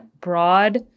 broad